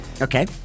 Okay